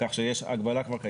כך שההגבלה כבר קיימת.